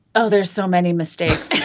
oh, there's so many mistakes